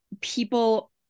people